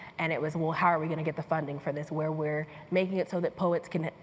and it was, well, how are we going to get the funding for this, where we're making it so that poets can